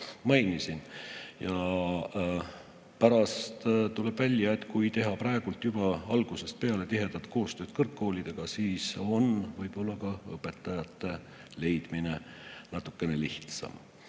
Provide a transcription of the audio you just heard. mainisin. Ja pärast tuleb välja, et kui teha juba algusest peale tihedat koostööd kõrgkoolidega, siis on võib-olla ka õpetajate leidmine natukene lihtsam.